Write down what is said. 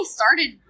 started